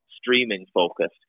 streaming-focused